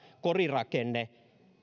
korirakenne